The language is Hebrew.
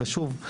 ושוב,